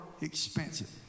expensive